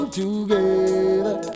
together